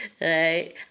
right